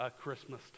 Christmas